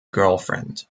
girlfriend